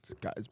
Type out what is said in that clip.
guy's